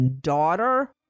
daughter